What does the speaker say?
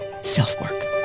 Self-Work